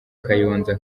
kayonza